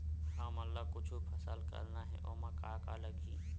हमन ला कुछु फसल करना हे ओमा का का लगही?